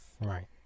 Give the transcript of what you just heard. Right